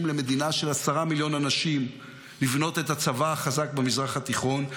למדינה של עשרה מיליון אנשים לבנות את הצבא החזק במזרח התיכון.